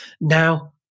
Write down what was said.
Now